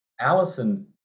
Allison